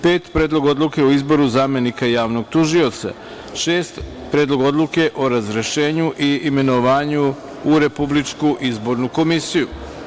5. Predlog odluke o izboru zamenika javnog tužioca; 6. Predlog odluke o razrešenju i imenovanju u Republičku izbornu komisiju.